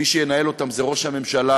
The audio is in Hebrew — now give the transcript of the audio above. מי שינהל אותם זה ראש הממשלה,